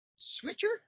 switcher